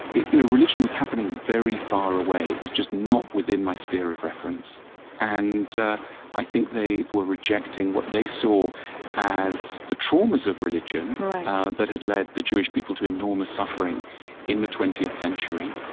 you know religion was happening very far away it was just not within my sphere of reference and i think they were rejecting what they saw as the traumas of religion that had led the jewish people to enormous suffering in the twentieth century.